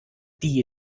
die